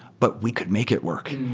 but we could make it work.